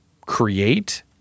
create